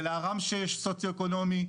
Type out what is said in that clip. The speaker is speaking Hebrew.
ולעראמשה יש סוציו אקונומי,